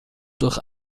durch